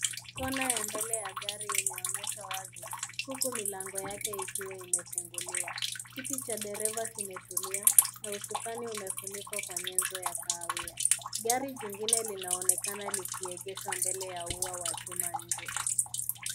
Kona ya mbele ya gari imeonyeshwa wazi huku milango yake ikiwa imefunguliwa. Kiti cha dereva kimetulia na usukani imefunikwa kwa nyenzo ya kahawia. Gari jingine linaonekana likiegeshwa mbele ya ua wa chuma nje.